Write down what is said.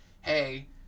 Hey